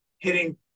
hitting